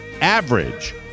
average